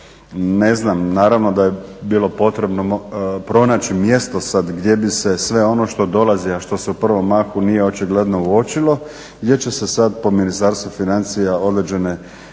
ne znam, naravno da je bilo potrebno pronaći mjesto sad gdje bi se sve ono što dolazi, a što se u prvom mahu nije očigledno uočilo, gdje će se sad po Ministarstvu financija određene nadležnosti